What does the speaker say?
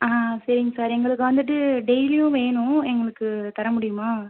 ஆ சரிங்க சார் எங்களுக்கு வந்துவிட்டு டெய்லியும் வேணும் எங்களுக்கு தர முடியுமா